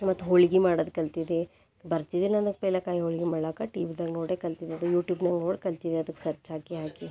ಮತ್ತು ಹೋಳ್ಗೆ ಮಾಡೋದು ಕಲ್ತಿದೆ ಬರ್ತಿದ್ದಿಲ್ಲ ನನಗೆ ಪೈಲೆ ಕಾಯಿ ಹೋಳ್ಗೆ ಮಾಡಕ್ಕೆ ಟಿ ವಿದಾಗ ನೋಡೇ ಕಲ್ತಿದ್ದದು ಯೂಟ್ಯೂಬ್ ನೋಡಿ ನೋಡೇ ಕಲ್ತಿದ್ದದು ಅದಕ್ಕೆ ಸರ್ಚ್ ಹಾಕಿ ಹಾಕಿ